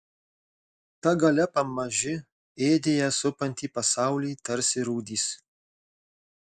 ta galia pamaži ėdė ją supantį pasaulį tarsi rūdys